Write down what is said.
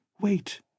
Wait